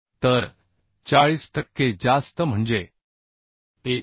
तर 40 टक्के जास्त म्हणजे 1